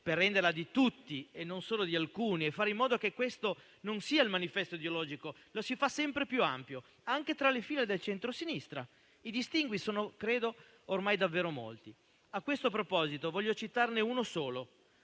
per renderla di tutti, non solo di alcuni, e fare in modo che questo non sia un manifesto ideologico, si fa sempre più ampio, anche tra le fila del centrosinistra. I distinguo sono ormai davvero molti. A questo proposito, voglio citarne uno solo,